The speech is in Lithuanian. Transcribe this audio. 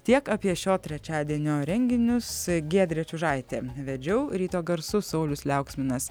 tiek apie šio trečiadienio renginius giedrė čiužaitė vedžiau ryto garsus saulius liauksminas